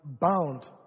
bound